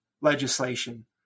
legislation